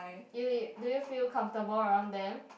you you do you feel comfortable around them